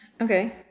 Okay